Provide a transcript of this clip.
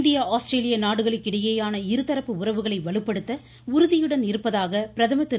இந்திய ஆஸ்திரேலிய நாடுகளிடையேயான இருதரப்பு உறவுகளை வலுப்படுத்த உறுதியுடன் இருப்பதாக பிரதமர் திரு